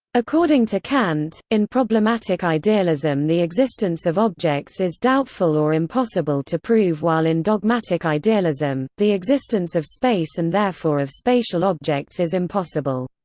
according to kant, in problematic idealism the existence of objects is doubtful or impossible to prove while in dogmatic idealism, the existence of space and therefore of spatial objects is impossible.